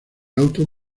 auto